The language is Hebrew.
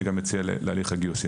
אני גם אצא להליכי גיוסים.